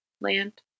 land